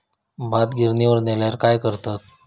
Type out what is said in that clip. भात गिर्निवर नेल्यार काय करतत?